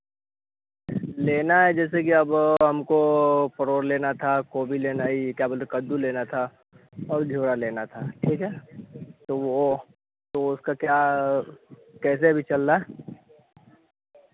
लेना है जैसे कि अब हमको परवल लेना था कोभी लेना इ का बोलते हैं कद्दू लेना था और जोआ लेना था ठीक है तो वह तो उसका क्या कैसे अभी चल रहा है